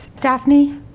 Daphne